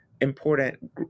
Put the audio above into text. important